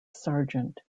sargent